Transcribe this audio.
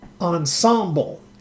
ensemble